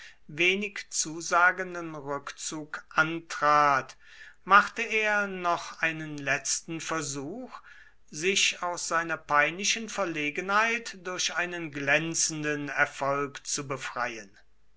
wenig zusagenden rückzug antrat machte er noch einen letzten versuch sich aus seiner peinlichen verlegenheit durch einen glänzenden erfolg zu befreien